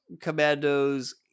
commandos